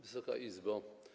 Wysoka Izbo!